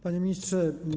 Panie Ministrze!